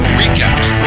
recaps